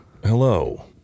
Hello